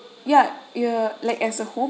ya you're like as a whole